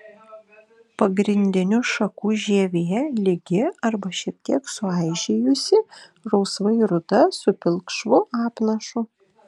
pagrindinių šakų žievė lygi arba šiek tiek suaižėjusi rausvai ruda su pilkšvu apnašu